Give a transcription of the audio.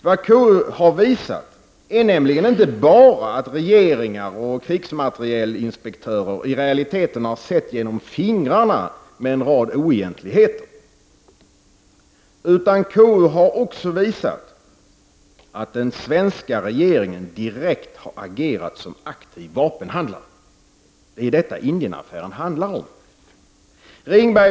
Vad KU har visat är nämligen inte bara att regeringar och krigsmaterielinspektörer i realiteten har sett genom fingrarna med en rad oegentligheter, utan KU har också visat att den svenska regeringen direkt har agerat som aktiv vapenhandlare. Det är detta Indienaffären handlar om.